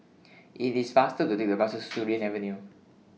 IT IS faster to Take The Bus to Surin Avenue